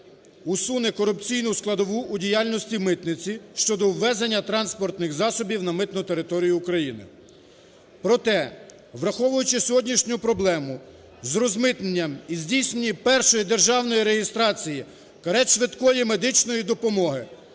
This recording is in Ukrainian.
усуне корупційну складову у діяльності митниці щодо ввезення транспортних засобів на митну територію України. Проте, враховуючи сьогоднішню проблему з розмитненням і здійсненням першої державної реєстрації карет швидкої медичної допомоги,